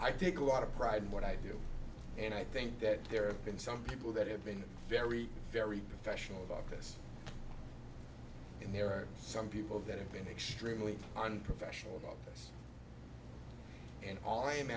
i take a lot of pride in what i do and i think that there are been some people that have been very very professional about this and there are some people that have been extremely unprofessional about this and all i